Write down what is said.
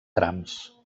trams